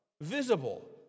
visible